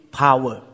power